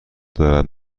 دارد